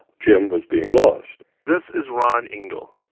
jim was being lost this is ron engel.